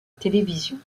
télévision